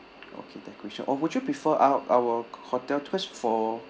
okay decoration or would you prefer our our hotel because for